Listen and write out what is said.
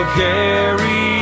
carry